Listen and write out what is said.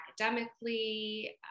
academically